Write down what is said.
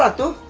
ah to